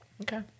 Okay